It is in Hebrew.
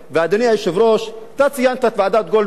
אדוני היושב-ראש, אתה ציינת את ועדת-גולדברג.